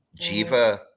Jiva